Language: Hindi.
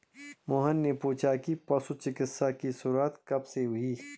मोहन ने पूछा कि पशु चिकित्सा की शुरूआत कब से हुई?